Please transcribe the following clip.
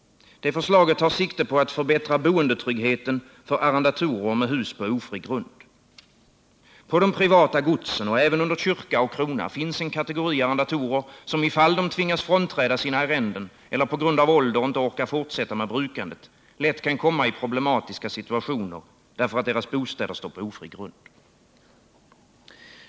Detta förslag tar sikte på att förbättra boendetryggheten för arrendatorer med hus på ofri grund. På de privata godsen och även under kyrka och krona finns en kategori arrendatorer, som i fall de tvingas frånträda sina arrenden eller på grund av ålder inte orkar fortsätta med brukandet lätt kan komma i problematiska situationer, därför att deras bostäder står på ofri grund.